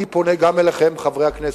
אני פונה גם אליכם, חברי הכנסת,